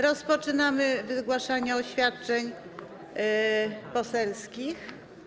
Rozpoczynamy wygłaszanie oświadczeń poselskich.